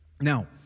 Now